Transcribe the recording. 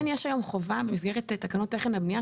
כן יש היום חובה במסגרת תקנות תכן הבנייה,